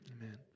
Amen